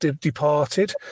departed